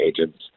agents